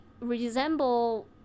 resemble